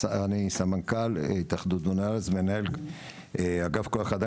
אני סמנכ"ל "התאחדות בוני הארץ" ומנהל אגף כ"א,